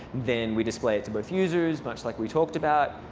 then we display it to both users, much like we talked about.